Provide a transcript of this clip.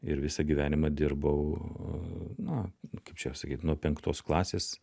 ir visą gyvenimą dirbau na kaip čia sakyt nuo penktos klasės